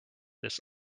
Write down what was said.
this